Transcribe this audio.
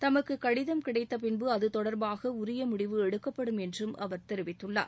தமக்கு கடிதம் கிடைத்த பின்பு அது தொடர்பாக உரிய முடிவு எடுக்கப்படும் என்றும் அவர் தெரிவித்துள்ளார்